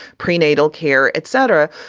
prenatal care, et cetera.